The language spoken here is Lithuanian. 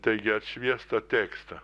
taigi atšviestą tekstą